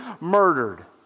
murdered